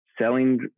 selling